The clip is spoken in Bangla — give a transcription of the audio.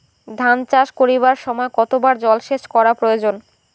ধান চাষ করিবার সময় কতবার জলসেচ করা প্রয়োজন?